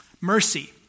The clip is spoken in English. Mercy